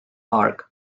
arc